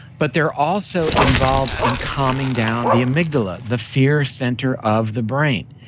but they're also involved in calming down the amygdala, the fear center of the brain.